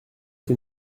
que